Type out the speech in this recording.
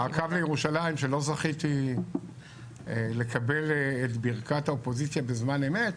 הקו לירושלים שלא זכיתי לקבל את ברכת האופוזיציה בזמן אמת,